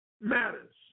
matters